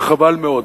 וחבל מאוד.